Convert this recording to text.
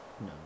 No